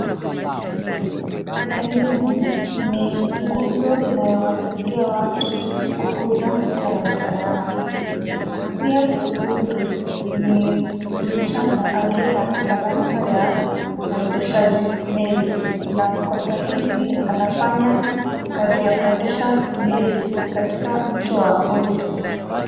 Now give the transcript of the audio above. Elimu ni nguzo inayowasaidia watu kukuza talanta yao. Hasia Sururu ni msichana aliye na talanta ya uendeshaji meli na kwa saa hizi anafanya kazi ya kuendesha meli katika mto wa Oise.